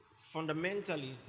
Fundamentally